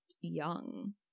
young